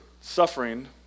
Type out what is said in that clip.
suffering